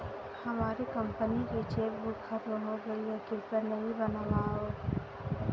हमारी कंपनी की चेकबुक खत्म हो गई है, कृपया नई बनवाओ